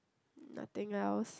nothing else